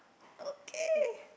okay